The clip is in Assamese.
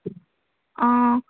অঁ